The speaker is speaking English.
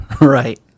Right